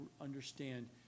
understand